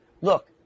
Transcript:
Look